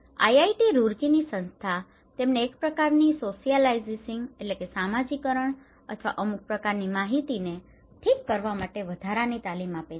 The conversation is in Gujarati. આઇઆઇટી રૂરકીની સંસ્થા તેમને એક પ્રકારની પ્રકારની સોશિયલાયઝિંગ socializing સામાજિકરણ અથવા અમુક પ્રકારની માહિતીને ઠીક કરવા માટે વધારવાની તાલીમ આપે છે